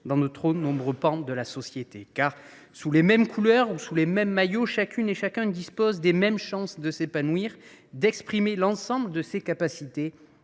dans de trop nombreux pans de la société. En effet, sous les mêmes couleurs et les mêmes maillots, chacune et chacun dispose des mêmes chances de s’épanouir, d’exprimer l’ensemble de ses capacités